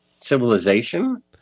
civilization